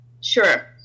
Sure